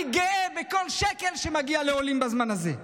אני גאה בכל שקל שמגיע לעולים בזמן הזה.